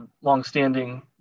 longstanding